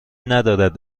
ندارد